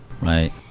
right